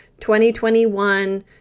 2021